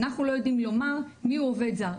אנחנו לא יודעים לומר מיהו עובד זר,